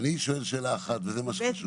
אני שואל שאלה אחת וזה מה שחשוב.